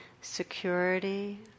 security